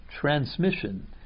transmission